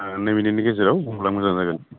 नै मिनिटनि गेजेराव बुंब्ला मोजां जागोन